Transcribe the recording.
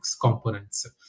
components